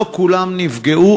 לא כולם נפגעו,